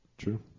True